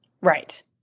Right